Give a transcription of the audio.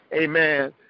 amen